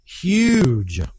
huge